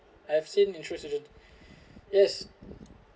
I've seen insurance agent yes